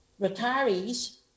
Retirees